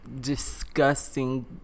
disgusting